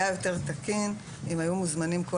היה יותר תקין אם היו מוזמנים כל